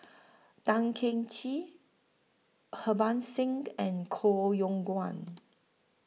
Tan Cheng Kee Harbans Singh and Koh Yong Guan